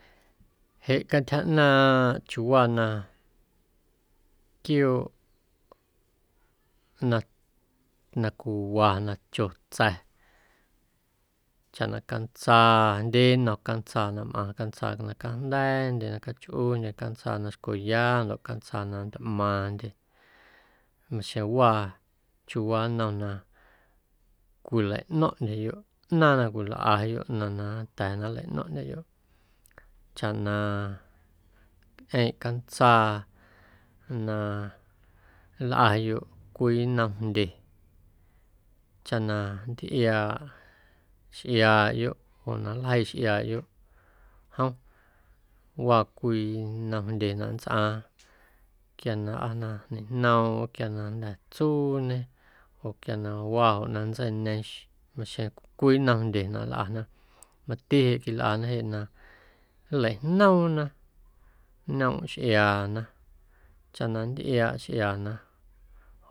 Jeꞌ cantyja ꞌnaaⁿꞌ chiuuwaa na quiooꞌ na na cwiwa na cho tsa̱ chaꞌ na cantsaa jndye nnom cantsaa na mꞌaⁿ cantsaa, cantsaa na cajnda̱a̱ndye na cachꞌundye cantsaa na xcweya ndoꞌ cantsaa na ntꞌmaaⁿndye maxjeⁿ waa chiuuwaa nnom na cwilaꞌno̱ⁿꞌndyeyoꞌ ꞌnaaⁿ na cwilꞌayoꞌ ꞌnaⁿ na nnda̱a̱ na nlaꞌno̱ⁿꞌndyeyoꞌ chaꞌ na ñꞌeeⁿꞌ cantsaa na nlꞌayoꞌ cwii nnom jndye chaꞌ na nntꞌiaaꞌ xꞌiaaꞌyoꞌ oo na nljeii xꞌiaaꞌyoꞌ jom waa cwii nnom jndye na nntsꞌaaⁿ quia na aa na ñejnoomꞌm oo quia na jnda̱ tsuuñe oo quia na waa joꞌnaꞌ nntseiñeeⁿ maxjeⁿ cwii nnom jndye na nlꞌana, mati jeꞌ quilꞌana na nleijnoomna ñoomꞌ xꞌiaana chaꞌ na nntꞌiaaꞌ xꞌiaana